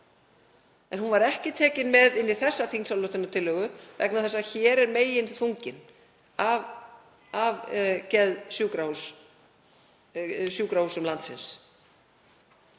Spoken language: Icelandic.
en hún var ekki tekin með inn í þessa þingsályktunartillögu vegna þess að hér er meginþunginn af geðsjúkrahúsum landsins.